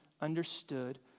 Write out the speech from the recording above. understood